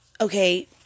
okay